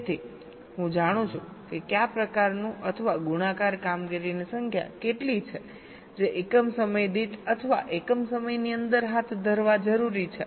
તેથી હું જાણું છું કે કયા પ્રકારનું અથવા ગુણાકાર કામગીરીની સંખ્યા કેટલી છે જે એકમ સમય દીઠ અથવા એક સમયની અંદર હાથ ધરવા જરૂરી છે